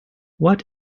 what